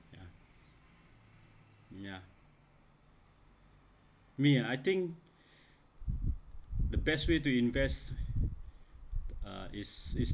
ya ya me ah I think the best way to invest uh is